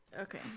Okay